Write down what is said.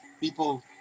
people